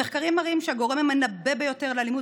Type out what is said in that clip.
המחקרים מראים שהגורם המנבא ביותר של אלימות